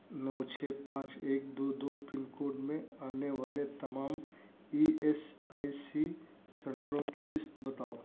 نو چھ پانچ ایک دو دو پن کوڈ میں آنے والے تمام ای ایس آئی سی سنٹروں کی لسٹ بتاؤ